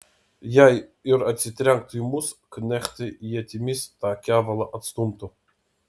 jei ir atsitrenktų į mus knechtai ietimis tą kevalą atstumtų